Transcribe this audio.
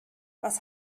was